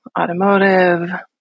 automotive